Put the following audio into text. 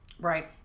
Right